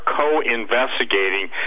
co-investigating